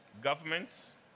governments